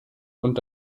und